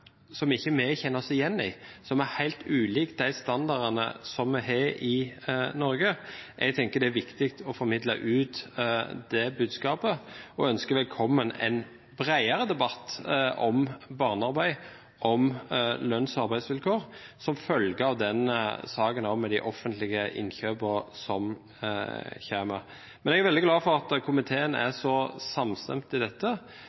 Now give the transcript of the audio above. er helt ulik de standardene som vi har i Norge. Jeg tenker det er viktig å formidle ut det budskapet og ønsker velkommen en breiere debatt om barnearbeid, om lønns- og arbeidsvilkår, også som følge av saken om de offentlige innkjøpene som kommer. Jeg er veldig glad for at komitéen er så samstemt i dette,